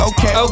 Okay